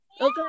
Okay